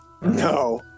no